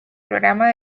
programa